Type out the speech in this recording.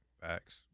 Facts